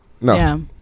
No